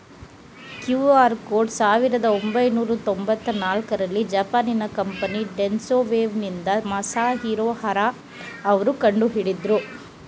QR code ಸಾವಿರದ ಒಂಬೈನೂರ ತೊಂಬತ್ತ ನಾಲ್ಕುರಲ್ಲಿ ಜಪಾನಿನ ಕಂಪನಿ ಡೆನ್ಸೊ ವೇವ್ನಿಂದ ಮಸಾಹಿರೊ ಹರಾ ಅವ್ರು ಕಂಡುಹಿಡಿದ್ರು